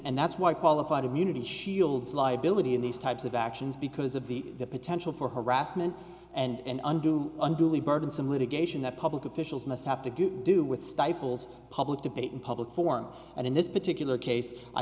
and that's why qualified immunity shields liability in these types of actions because of the potential for harassment and undue unduly burdensome litigation that public officials must have to do with stifles public debate in public forums and in this particular case i